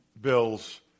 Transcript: Bills